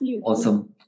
Awesome